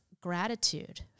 gratitude